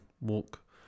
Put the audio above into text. walk